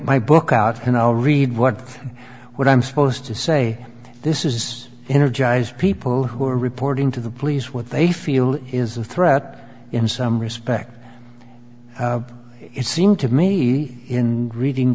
my book out and i'll read what what i'm supposed to say this is energize people who are reporting to the police what they feel is a threat in some respects it seemed to me in reading